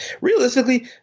Realistically